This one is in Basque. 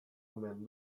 omen